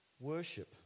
worship